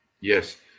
yes